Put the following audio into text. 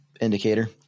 Indicator